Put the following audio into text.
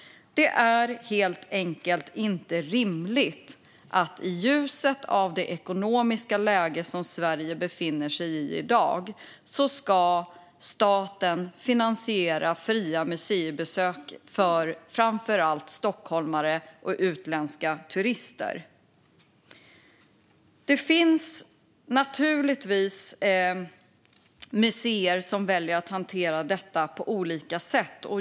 Det är helt enkelt inte rimligt i ljuset av det ekonomiska läge Sverige befinner sig i att staten ska finansiera fria museibesök för framför allt stockholmare och utländska turister. Museerna väljer att hantera detta på olika sätt.